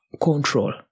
control